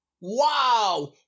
Wow